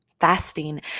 Fasting